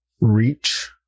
reach